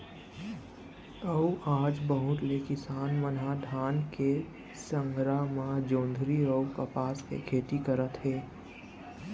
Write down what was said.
अउ आज बहुत ले किसान मन ह धान के संघरा म जोंधरी अउ कपसा के खेती करत हे